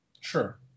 Sure